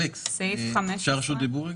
אלכס, אפשר רשות דיבור?